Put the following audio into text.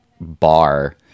bar